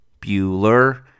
Bueller